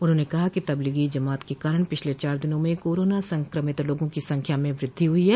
उन्होंने कहा कि तबलीगी जमात के कारण पिछले चार दिनों में कोरोना संक्रमित लोगों की संख्या में वृद्धि हुई है